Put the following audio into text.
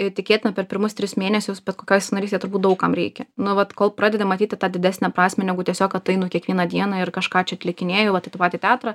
tikėtina per pirmus tris mėnesius kokioj savanorystėje turbūt daug kam reikia nu vat kol pradeda matyti tą didesnę prasmę negu tiesiog kad einu kiekvieną dieną ir kažką čia atlikinėju vat į tą patį tetrą